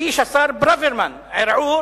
הגיש השר ברוורמן ערעור,